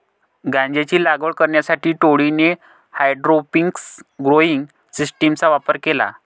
गांजाची लागवड करण्यासाठी टोळीने हायड्रोपोनिक्स ग्रोइंग सिस्टीमचा वापर केला